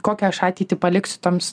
kokią aš ateitį paliksiu toms